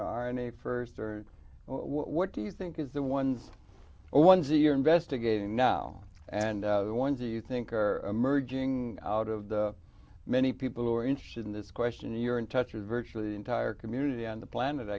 know r n a st or what do you think is the one or ones you're investigating now and ones who you think are emerging out of the many people who are interested in this question you're in touch with virtually the entire community on the planet